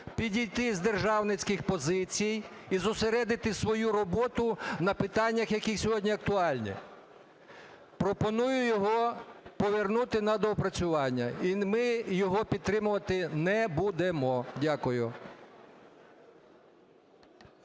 підійти з державницьких позицій і зосередити свою роботу на питаннях, які сьогодні актуальні. Пропоную його повернути на доопрацювання, і ми його підтримувати не будемо. Дякую.